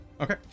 Okay